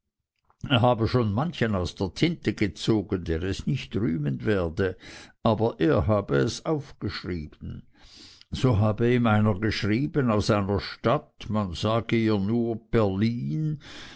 er habe schon manchen aus der tinte gezogen der es nicht rühmen werde aber er habe es aufgeschrieben so habe ihm einer geschrieben aus einer stadt man sage ihr nur berlin